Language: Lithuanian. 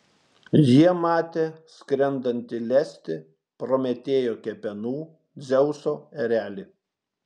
jie matė skrendantį lesti prometėjo kepenų dzeuso erelį